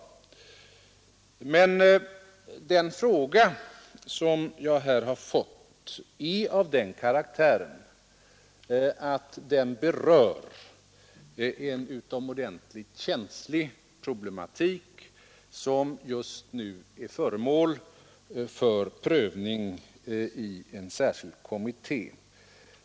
Men den fråga som jag här har fått den berör en utomordentligt känslig problematik som just nu är föremål för prövning i en särskild kommitté.